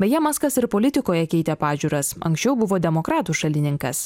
beje maskas ir politikoje keitė pažiūras anksčiau buvo demokratų šalininkas